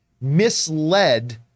misled